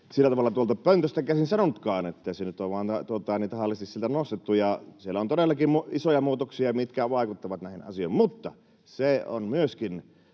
sillä tavalla tuolta pöntöstä käsin sanonutkaan, että sitä on tahallisesti sieltä nostettu. Siellä on todellakin isoja muutoksia, mitkä vaikuttavat näihin asioihin. Mutta se on myöskin